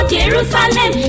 Jerusalem